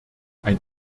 ein